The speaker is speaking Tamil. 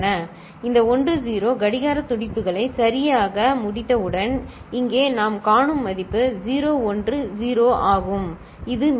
இந்த 10 கடிகார துடிப்புகளை சரியாக முடித்தவுடன் இங்கே நாம் காணும் மதிப்பு 0 1 0 ஆகும் இது மீதி